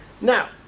Now